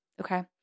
Okay